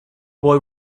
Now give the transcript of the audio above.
boy